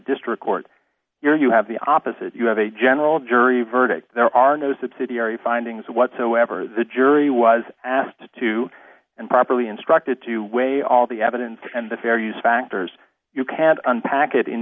district court here you have the opposite you have a general jury verdict there are no subsidiary findings whatsoever the jury was asked to and properly instructed to weigh all the evidence and the fair use factors you can unpack it in